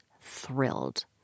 thrilled